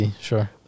sure